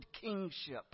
kingship